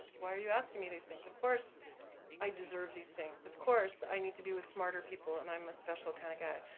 why are you asking me these things? of course i deserve these things. of course i need to be with smarter people and i'm a special kinda guy,